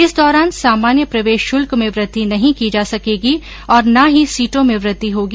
इस दौरान सामान्य प्रवेश शुल्क में वृद्धि नहीं की जा सकेगी और ना ही सीटों में वृद्धि होगी